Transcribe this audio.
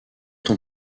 ton